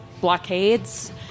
blockades